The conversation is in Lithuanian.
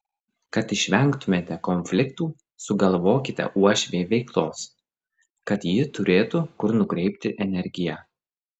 kad išvengtumėte konfliktų sugalvokite uošvei veiklos kad ji turėtų kur nukreipti energiją